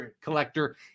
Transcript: Collector